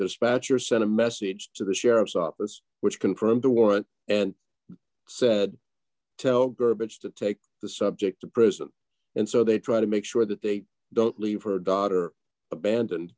dispatcher sent a message to the sheriff's office which confirmed the warrant and tell her bitch to take the subject to present and so they try to make sure that they don't leave her daughter abandon